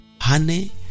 honey